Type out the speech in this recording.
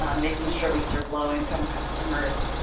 um making sure we serve low-income customers,